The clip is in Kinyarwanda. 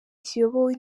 kiyobowe